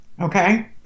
okay